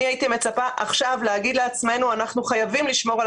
אני הייתי מצפה עכשיו להגיד לעצמנו שאנחנו חייבים לשמור על